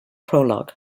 prologue